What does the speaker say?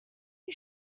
you